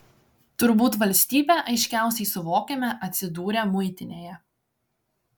turbūt valstybę aiškiausiai suvokiame atsidūrę muitinėje